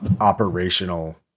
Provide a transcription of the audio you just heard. operational